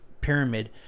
pyramid